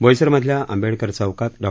बोईसरमधल्या आंबेडकर चौकात डॉ